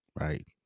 right